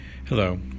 Hello